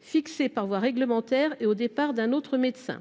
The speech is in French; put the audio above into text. fixée par voie réglementaire et au départ d'un autre médecin.